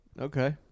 Okay